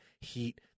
heat